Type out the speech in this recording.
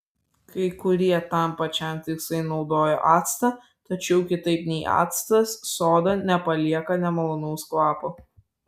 kai kurie tam pačiam tikslui naudoja actą tačiau kitaip nei actas soda nepalieka nemalonaus kvapo